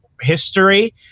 history